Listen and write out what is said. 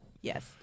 Yes